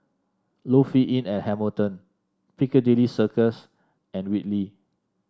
Lofi Inn at Hamilton Piccadilly Circus and Whitley